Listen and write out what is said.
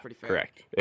correct